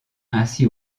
ainsi